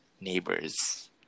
neighbors